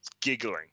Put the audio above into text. giggling